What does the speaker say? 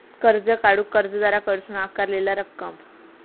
कर्ज काढूक कर्जदाराकडसून आकारलेला रक्कम